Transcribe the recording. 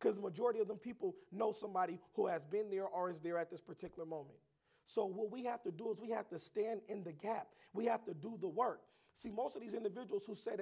because majority of the people know somebody who has been there are is there at this particular moment so what we have to do is we have to stand in the gap we have to do the work see most of these individuals who say